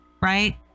right